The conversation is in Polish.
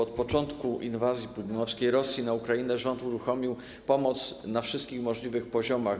Od początku inwazji putinowskiej Rosji na Ukrainę rząd uruchomił pomoc na wszystkich możliwych poziomach.